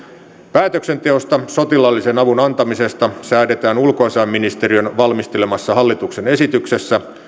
päätöksenteosta sotilaallisen avun antamisesta säädetään ulkoasiainministeriön valmistelemassa hallituksen esityksessä